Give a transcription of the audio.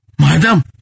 madam